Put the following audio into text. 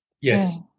Yes